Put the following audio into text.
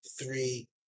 three